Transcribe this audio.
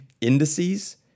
indices